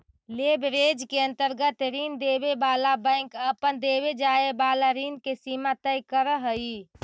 leverage के अंतर्गत ऋण देवे वाला बैंक अपन देवे जाए वाला ऋण के सीमा तय करऽ हई